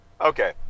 Okay